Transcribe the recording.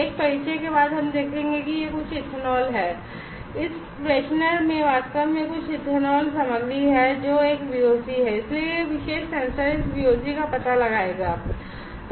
एक परिचय के बाद हम देखेंगे कि यह कुछ इथेनॉल का पता लगाएगा